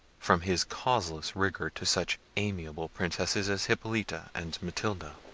from his causeless rigour to such amiable princesses as hippolita and matilda.